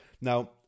Now